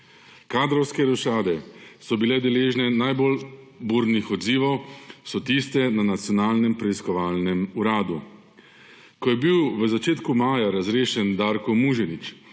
Kadrovske rošade, ki so bile deležne najbolj burnih odzivov, so tiste na Nacionalnem preiskovalnem uradu. Ko je bil v začetku maja razrešen Darko Muženič,